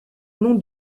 nom